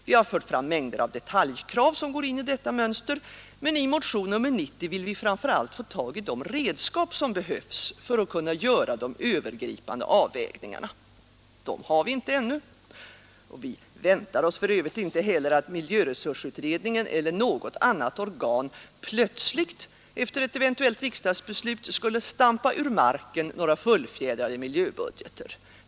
Vi har fört fram mängder av detaljkrav som går in i detta mönster, men i motion nr 90 vill vi framför allt få tag i de redskap som behövs för att kunna göra de övergripande avvägningarna. Dessa redskap har vi inte ännu, och vi väntar oss för övrigt inte heller att miljöresursutredningen eller något annat organ plötsligt, efter ett eventuellt riksdagsbeslut, skulle stampa ur marken några fullfjädrade miljöbudgeter.